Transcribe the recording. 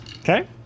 Okay